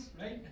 right